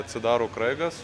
atsidaro kraigas